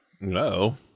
No